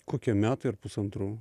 kokie metai ar pusantrų